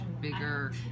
bigger